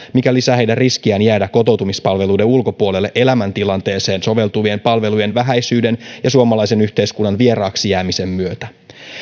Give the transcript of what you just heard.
mikä lisää heidän riskiään jäädä kotoutumispalveluiden ulkopuolelle elämäntilanteeseen soveltuvien palvelujen vähäisyyden ja suomalaisen yhteiskunnan vieraaksi jäämisen myötä